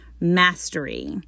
mastery